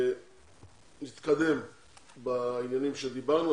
זה התקדם בעניינים שדיברנו,